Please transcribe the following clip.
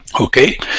Okay